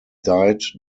died